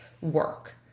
work